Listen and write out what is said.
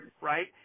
right